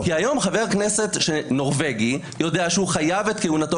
היום חבר כנסת נורבגי יודע שהוא חייב את כהונתו